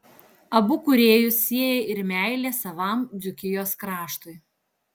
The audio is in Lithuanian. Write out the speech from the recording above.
abu kūrėjus sieja ir meilė savam dzūkijos kraštui